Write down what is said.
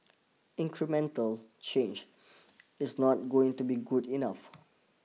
incremental change is not going to be good enough